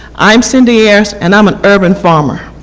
i am cindy ayers and i am an urban farmer.